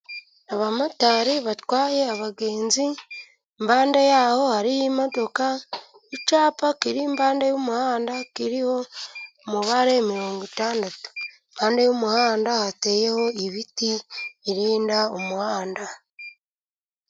Abamotari batwaye abagenzi, impande yaho hariho modoka, icapa kirinda impande y'umuhanda kiriho umubare mirongo itandatu, impande y'umuhanda hateyeho ibiti irinda umuhanda.